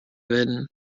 wurden